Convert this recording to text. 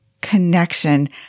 connection